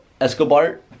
Escobar